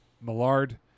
Millard